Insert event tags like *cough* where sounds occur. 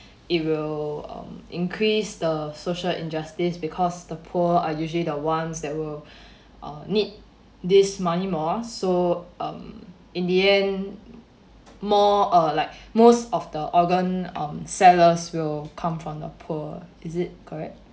it will um increase the social injustice because the poor are usually the ones that will *breath* uh need this money more so um in the end more uh like most of the organ um sellers will come from the poor is it correct